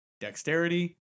dexterity